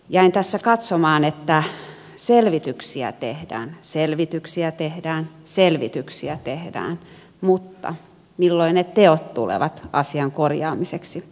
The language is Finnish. jäin tässä katsomaan että selvityksiä tehdään selvityksiä tehdään selvityksiä tehdään mutta milloin ne teot tulevat asian korjaamiseksi